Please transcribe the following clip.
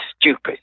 stupid